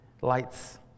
lights